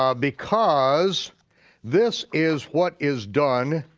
um because this is what is done,